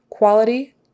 Quality